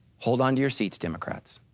hold onto your seats democrats,